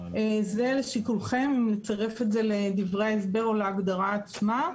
זה לשיקולכם אם לצרף את זה לדברי ההסבר או להגדרה עצמה,